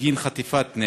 בגין חטיפת נשק?